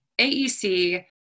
AEC